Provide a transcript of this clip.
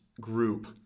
group